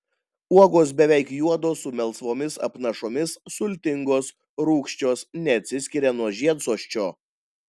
uogos beveik juodos su melsvomis apnašomis sultingos rūgščios neatsiskiria nuo žiedsosčio